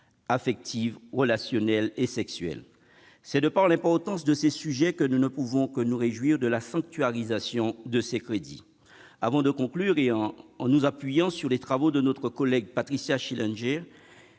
affective, relationnelle et sexuelle. En raison de l'importance de ces sujets, nous ne pouvons que nous réjouir de la « sanctuarisation » de ces crédits. Avant de conclure, en s'appuyant sur le rapport de leur collègue Patricia Schillinger,